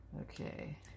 Okay